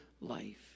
life